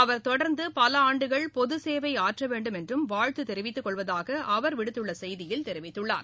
அவர் தொடர்ந்து பல ஆண்டுகள் பொது சேவை ஆற்ற வேண்டும் என்றும் வாழ்த்து தெரிவித்துக்கொள்வதாக அவர் விடுத்துள்ள செய்தியில் தெரிவித்துள்ளார்